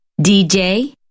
DJ